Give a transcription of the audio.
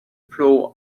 floor